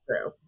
true